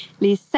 Les